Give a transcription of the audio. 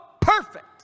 perfect